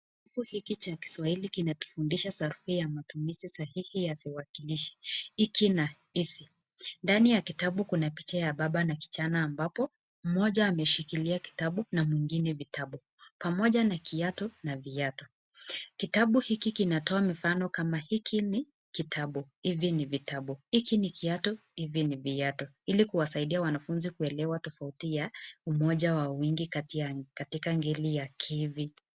Kitabu hiki cha Kiswahili kinatufundisha sarufi ya matumizi sahihi ya viwakilishi hiki na hivi. Ndani ya kitabu kuna picha ya baba na kijana ambapo mmoja ameshikilia kitabu na mwingine vitabu, pamoja na kiatu na viatu. Kitabu hiki kinatoa mifano kama hiki ni kitabu, hivi ni vitabu, hiki ni kiatu, hivi ni viatu ili kuwasaidia wanafunzi kuelewa tofauti ya umoja wa wingi kati ya katika ngeli ya ki-vi.